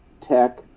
tech